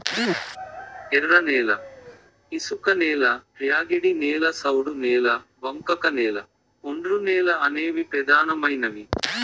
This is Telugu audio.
ఎర్రనేల, ఇసుకనేల, ర్యాగిడి నేల, సౌడు నేల, బంకకనేల, ఒండ్రునేల అనేవి పెదానమైనవి